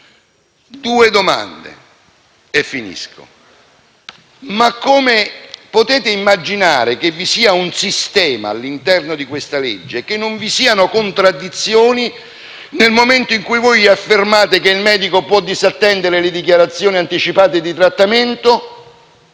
due domande: come potete immaginare che vi sia un sistema all'interno di questo provvedimento e che non vi siano contraddizioni nel momento in cui affermate che il medico può disattendere le dichiarazioni anticipate di trattamento,